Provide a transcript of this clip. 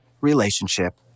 relationship